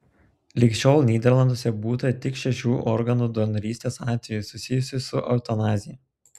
lig šiol nyderlanduose būta tik šešių organų donorystės atvejų susijusių su eutanazija